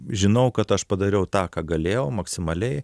žinau kad aš padariau tą ką galėjau maksimaliai